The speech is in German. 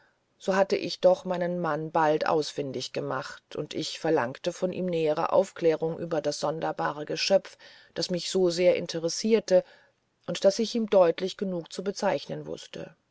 so hatte ich doch meinen mann bald ausfindig gemacht und ich verlangte von ihm nähere aufklärung über das sonderbare geschöpf das mich so sehr interessierte und das ich ihm deutlich genug zu bezeichnen wußte